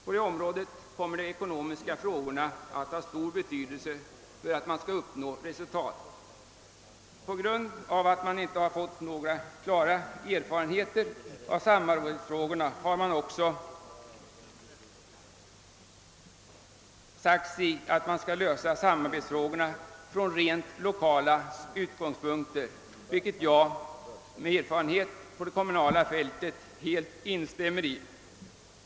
På detta område kommer de ekonomiska frågorna att ha stor betydelse för att man skall uppnå resultat. På grund av att man inte har vunnit några klara erfarenheter av samarbetsfrågorna har man också sagt sig att de skall lösas från rent lokala utgångspunkter, i vilket jag med erfarenheter från det kommunala fältet helt instämmer.